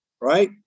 Right